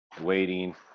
waiting